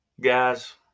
guys